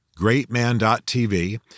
greatman.tv